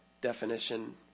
definition